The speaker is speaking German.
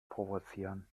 provozieren